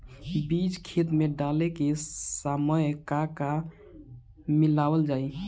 बीज खेत मे डाले के सामय का का मिलावल जाई?